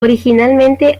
originalmente